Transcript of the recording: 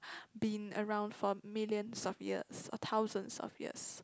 been around for millions of years or thousands of years